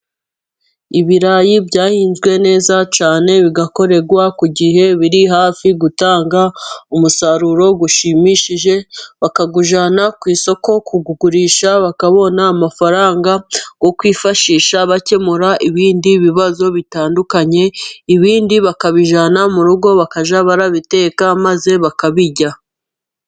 Ibirayi byahinzwe neza cyane, bigakorerwa ku gihe. Biri hafi gutanga umusaruro ushimishije, bakawujyana ku isoko kuwugurisha bakabona amafaranga yo kwifashisha bakemura ibindi bibazo bitandukanye, ibindi bakabijyana mu rugo bakajya barabiteka maze bakabirya.